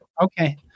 Okay